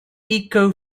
eco